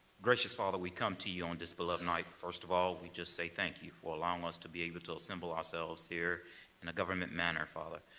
gracious father, we come to you on this beloved night, first of all, we just say thank you for allowing us to be able to assemble ourselves here in a government manner, father.